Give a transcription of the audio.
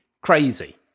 crazy